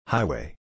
Highway